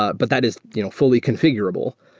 ah but that is you know fully confi gurable.